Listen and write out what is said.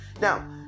Now